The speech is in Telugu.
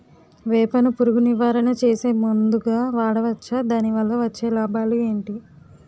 వేప ను పురుగు నివారణ చేసే మందుగా వాడవచ్చా? దాని వల్ల వచ్చే లాభాలు ఏంటి?